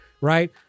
right